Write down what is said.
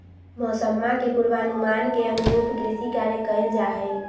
मौसम्मा के पूर्वानुमान के अनुरूप कृषि कार्य कइल जाहई